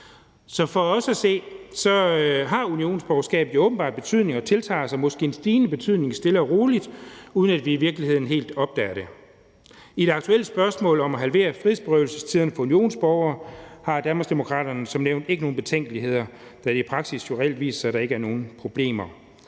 Så for os at se har unionsborgerskabet jo åbenbart betydning og får måske stille og roligt en stigende betydning, uden at vi i virkeligheden helt opdager det. I det aktuelle spørgsmål om at halvere frihedsberøvelsestiden for unionsborgere har Danmarksdemokraterne som nævnt ikke nogen betænkeligheder, da det i praksis viser sig, at der jo reelt ikke er nogen problemer.